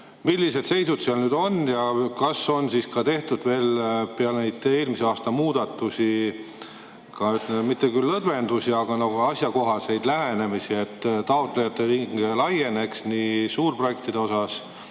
Millised seisud seal on ja kas on tehtud peale neid eelmise aasta muudatusi mitte küll lõdvendusi, vaid asjakohaseid lähenemisi, et taotlejate ring laieneks nii suurprojektide osas